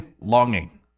longing